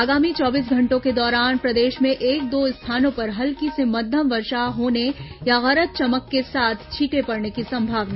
आगामी चौबीस घंटों के दौरान प्रदेश में एक दो स्थानों पर हल्की से मध्यम वर्षा होने या गरज चमक के साथ छीटें पड़ने की संभावना